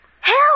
Help